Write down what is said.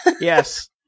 Yes